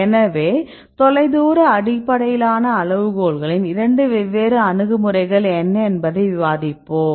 எனவே தொலைதூர அடிப்படையிலான அளவுகோள்களின் 2 வெவ்வேறு அணுகுமுறைகள் என்ன என்பதை விவாதிப்போம்